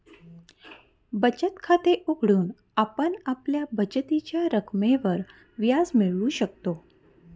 बचत खाते उघडून आपण आपल्या बचतीच्या रकमेवर व्याज मिळवू शकतो